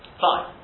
Fine